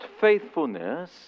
faithfulness